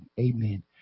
Amen